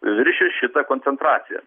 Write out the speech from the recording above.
viršijus šitą koncentraciją